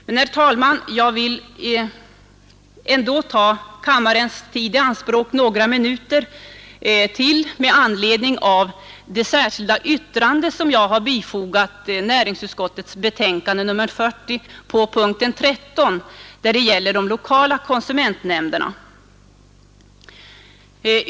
Sedan vill jag ta kammarens tid i anspråk några minuter till med anledning av mitt särskilda yttrande i anslutning till punkten 13 i utskottets hemställan, som gäller den lokala konsumentverksamheten.